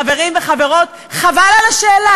חברים וחברות, חבל על השאלה.